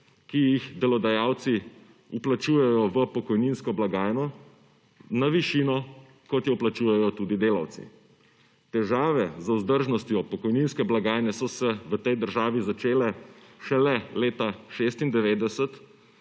ki jih delodajalci vplačujejo v pokojninsko blagajno, na višino, kot jo vplačujejo tudi delavci. Težave z vzdržnostjo pokojninske blagajne so se v tej državi začele šele leta 1996,